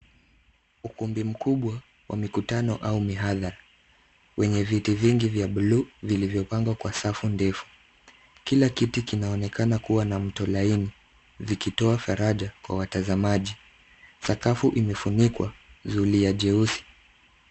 Ukumbi mkubwa wa mikutano au mihadhara, wenye viti vingi vya bluu vilivyopangwa kwa safu ndefu. Kila kiti kinaonekana kuwa na mto laini, vikitoa faraja kwa watazamaji. Sakafu imefunikwa, zulia jeusi.